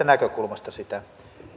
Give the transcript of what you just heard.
näkökulmasta sitä